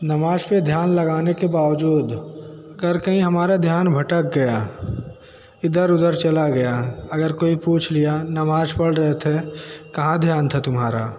नमाज़ पर ध्यान लगाने के बावजूद कर कहीं हमारा ध्यान भटक गया इधर उधर चला गया अगर कोई पूछ लिया नमाज़ पढ़ रहे थे कहाँ ध्यान था तुम्हारा